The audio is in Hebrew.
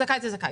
זכאי זה זכאי.